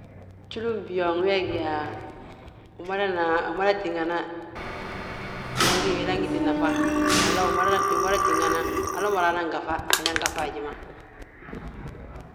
Julin byooŋ wi mada tígana, inan giti nafa, walla wi mada tíngana, hala ma raanan gaŧa, anan gaŧa haji ma. Julin byooŋ wi mada tígana, inan giti nafa, walla wi mada tíngana, hala ma raanan gaŧa, anan gaŧa haji ma.